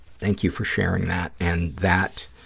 thank you for sharing that, and that,